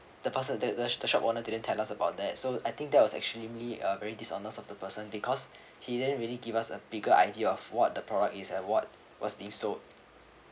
the person that the the shop owner didn't tell us about that so I think that was extremely uh very dishonest of the person because he didn't really give us a bigger idea of what the product is and what was being sold